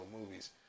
movies